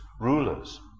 rulers